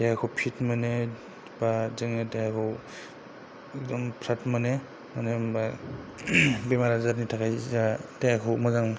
देहाखौ फिट मोनो एबा जोङो देहाखौ फ्राट मोनो बा बेमार आजारनि थाखाय जोंहा देहाखौ मोजां